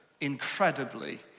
incredibly